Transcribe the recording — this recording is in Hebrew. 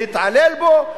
להתעלל בו,